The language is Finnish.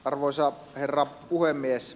arvoisa herra puhemies